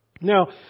Now